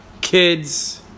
kids